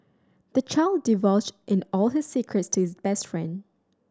the child divulged in all his secrets to his best friend